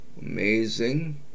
amazing